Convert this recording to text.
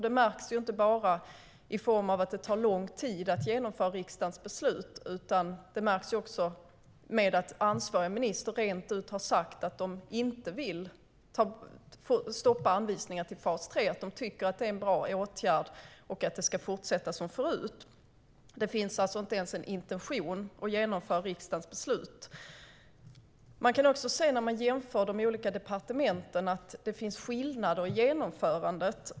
Det märks inte bara i form av att det tar lång tid att genomföra riksdagens beslut, utan det märks genom att ansvarig minister har sagt rent ut att man inte vill stoppa anvisningarna till fas 3. Man tycker att det är en bra åtgärd och att fas 3 ska fortsätta som förut. Det finns alltså inte ens en intention att genomföra riksdagens beslut. När man jämför de olika departementen kan man se att det finns skillnader i genomförandet.